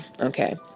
okay